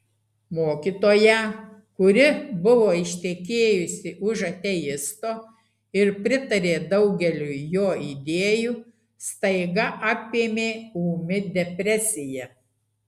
mokytoją kuri buvo ištekėjusi už ateisto ir pritarė daugeliui jo idėjų staiga apėmė ūmi depresija